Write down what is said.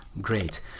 Great